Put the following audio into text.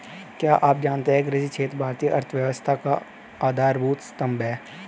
क्या आप जानते है कृषि क्षेत्र भारतीय अर्थव्यवस्था का आधारभूत स्तंभ है?